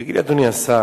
תגיד לי, אדוני השר,